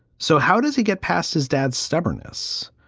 so how does he get past his dad's stubbornness?